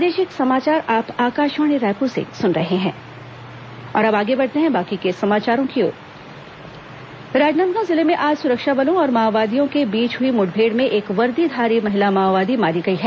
माओवादी मुठभेड़ राजनादगांव जिले में आज सुरक्षा बलों और माओवादियों के बीच हई मुठभेड़ में एक वर्दीधारी महिला माओवादी मारी गई है